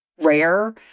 rare